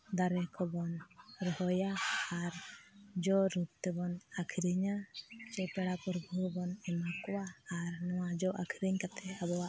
ᱫᱟᱨᱮ ᱠᱚᱵᱚᱱ ᱨᱚᱦᱚᱭᱟ ᱟᱨ ᱡᱚᱼᱨᱩᱯ ᱛᱮᱵᱚᱱ ᱟᱹᱠᱷᱨᱤᱧᱟ ᱥᱮ ᱯᱮᱲᱟ ᱯᱚᱨᱵᱷᱩ ᱵᱚᱱ ᱮᱢᱟᱠᱚᱣᱟ ᱟᱨ ᱱᱚᱣᱟ ᱡᱚ ᱟᱹᱠᱷᱨᱤᱧ ᱠᱟᱛᱮᱫ ᱟᱵᱚᱣᱟᱜ